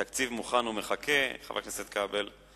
התקציב מוכן ומחכה, חבר הכנסת כבל,